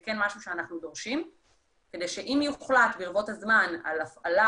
כן משהו שאנחנו דורשים כדי שאם יוחלט ברבות הזמן על הפעלה